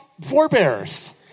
forebears